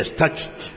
touched